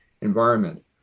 environment